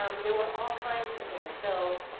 um there were all kinds of things. so